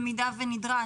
במידה ונדרש.